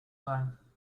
zijn